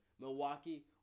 Milwaukee